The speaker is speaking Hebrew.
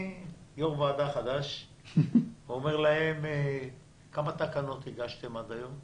אני יושב-ראש ועדה חדש אומר להם: כמה תקנות הגשתם עד היום?